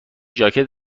ژاکت